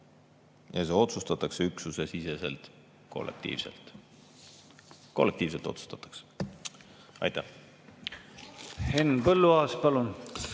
ja see otsustatakse üksusesiseselt kollektiivselt. Kollektiivselt otsustatakse. Henn Põlluaas, palun!